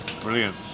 brilliant